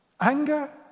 Anger